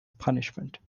punishment